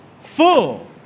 full